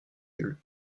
nulle